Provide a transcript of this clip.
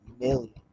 million